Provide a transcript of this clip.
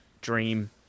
dream